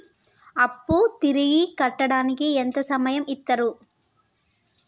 అప్పు తిరిగి కట్టడానికి ఎంత సమయం ఇత్తరు?